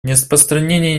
нераспространение